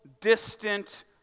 distant